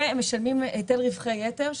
והם משלמים היטל רווחי יתר,